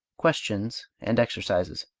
questions and exercises